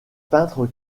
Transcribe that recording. peintre